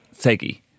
Segi